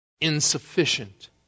insufficient